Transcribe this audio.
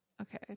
Okay